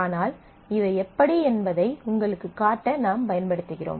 ஆனால் இவை எப்படி என்பதை உங்களுக்குக் காட்ட நாம் பயன்படுத்துகிறோம்